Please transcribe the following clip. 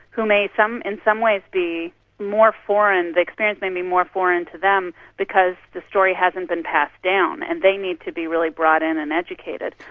who may in some ways be more foreign, the experience may be more foreign to them because the story hasn't been passed down, and they need to be really brought in and educated.